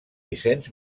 vicenç